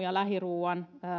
ja lähiruuan